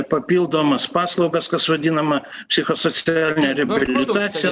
papildomas paslaugas kas vadinama psichosocialinė reabilitacija